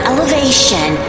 Elevation